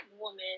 woman